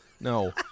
No